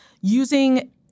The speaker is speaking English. using